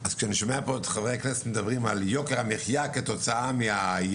אז כשאני שומע פה את חברי הכנסת מדברים על יוקר המחיה כתוצאה מהיבוא,